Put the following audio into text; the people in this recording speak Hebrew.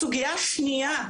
הסוגיה השנייה,